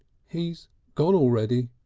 he's gone already,